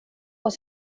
och